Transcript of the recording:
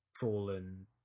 fallen